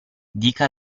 dica